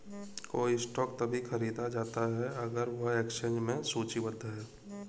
कोई स्टॉक तभी खरीदा जाता है अगर वह एक्सचेंज में सूचीबद्ध है